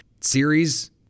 series